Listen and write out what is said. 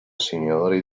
signori